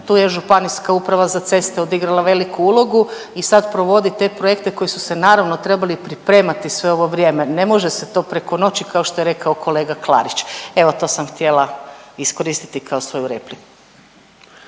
ceste i također tu je ŽUC odigrala veliku ulogu i sad provodi te projekte koji su se naravno trebali pripremati sve ovo vrijeme. Ne može se to preko noći kao što je rekao kolega Klarić. Evo to sam htjela iskoristiti kao svoju repliku.